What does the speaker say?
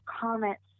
comments